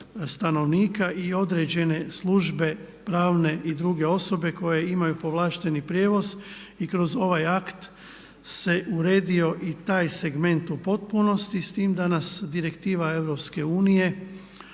stanovnika i određene službe pravne i druge osobe koje imaju povlašteni prijevoz i kroz ovaj akt se uredio i taj segment u potpunosti s time da nas direktiva EU